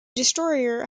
destroyer